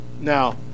Now